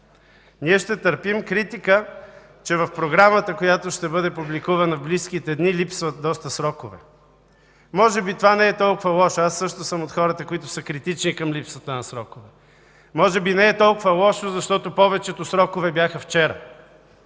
Ние ще търпим критика, че в програмата, която ще бъде публикувана в близките дни, липсват доста срокове. Може би това не е толкова лошо. Аз също съм от хората, които са критични към липсата на срокове. Може би не е толкова лошо, защото повечето срокове бяха вчера.